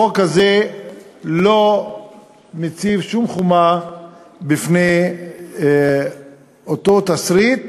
החוק הזה לא מציב שום חומה בפני אותו תסריט